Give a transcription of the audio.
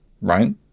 right